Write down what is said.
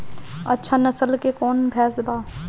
अच्छा नस्ल के कौन भैंस बा?